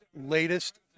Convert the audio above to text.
latest